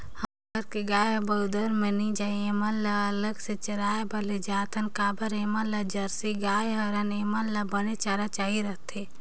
हमर घर के गाय हर बरदउर में नइ जाये ऐमन ल अलगे ले चराए बर लेजाथन काबर के ऐमन ह जरसी गाय हरय ऐेमन ल बने चारा चाही रहिथे